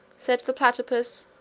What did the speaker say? said the platypus,